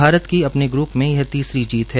भारत की अपने ग्रुप में यह तीसरी जीत है